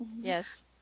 Yes